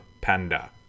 Panda